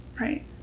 Right